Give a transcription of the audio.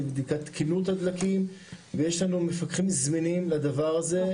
לבדיקת תקינות הדלקים ויש לנו מפקחים זמינים לדבר הזה.